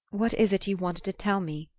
what is it you wanted to tell me?